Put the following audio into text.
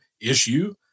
issue